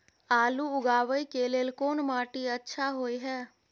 आलू उगाबै के लेल कोन माटी अच्छा होय है?